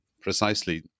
precisely